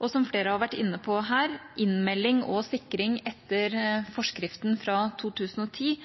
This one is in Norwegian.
og som flere har vært inne på her: Innmelding og sikring etter forskriften fra 2010